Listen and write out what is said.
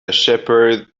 shepherd